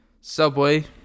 Subway